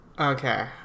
Okay